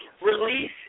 release